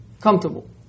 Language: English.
Comfortable